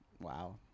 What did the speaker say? wow